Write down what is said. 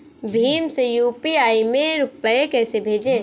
भीम से यू.पी.आई में रूपए कैसे भेजें?